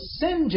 sin